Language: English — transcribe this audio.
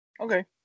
Okay